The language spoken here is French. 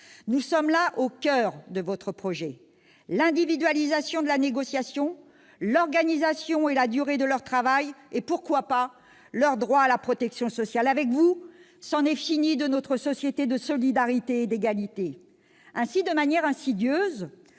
Nous sommes là au coeur de votre projet : l'individualisation de la négociation, de l'organisation et de la durée du travail, voire de leurs droits à la protection sociale ! Avec vous, c'en est fini de notre société de solidarité et d'égalité ! Ainsi, de manière insidieuse,